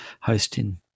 hosting